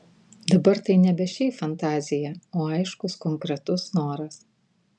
dabar tai nebe šiaip fantazija o aiškus konkretus noras